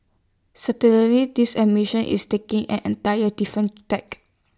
certainly this admition is taking an entire different tack